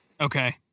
Okay